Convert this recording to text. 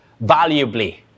valuably